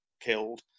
killed